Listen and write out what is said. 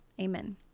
Amen